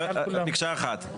מקשה אחת?